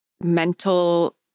mental